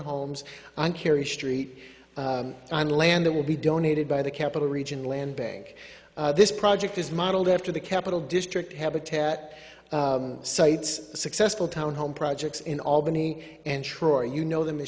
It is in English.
homes on kerry street on land that will be donated by the capital region land bank this project is modeled after the capital district habitat sites successful townhome projects in albany and troy you know them